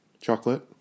chocolate